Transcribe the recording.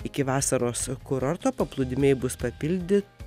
iki vasaros kurorto paplūdimiai bus papildyti